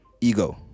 ego